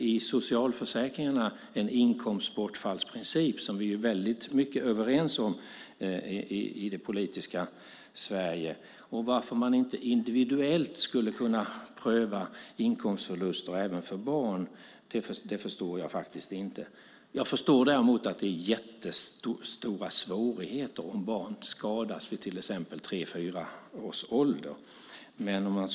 I socialförsäkringarna finns ju en inkomstbortfallsprincip som vi i det politiska Sverige i mycket hög grad är överens om. Att man inte individuellt skulle kunna pröva inkomstförluster även för barn förstår jag inte. Däremot förstår jag att det är förenat med mycket stora svårigheter om barn exempelvis i tre till fyraårsåldern skadas.